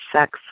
sex